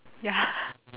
ya